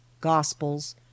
gospels